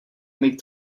make